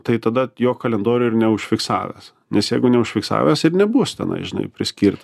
tai tada jo kalendoriuj ir neužfiksavęs nes jeigu neužfiksavęs ir nebus tenai žinai priskirt